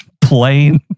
plain